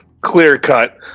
clear-cut